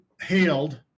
hailed